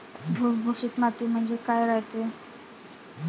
भुसभुशीत माती म्हणजे काय रायते?